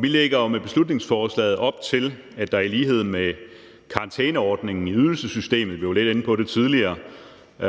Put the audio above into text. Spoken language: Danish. Vi lægger med beslutningsforslaget op til, at der i lighed med karantæneordningen i ydelsessystemet – vi var lidt inde på det tidligere